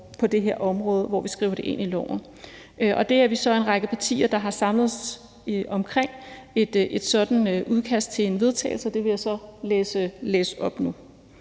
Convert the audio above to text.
på det her område, og hvor vi skriver det ind i loven. Der er vi så en række partier, der har samlet sig omkring et sådant forslag tilvedtagelse, og det vil jeg så læse op nu.